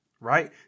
right